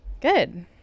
good